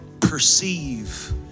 perceive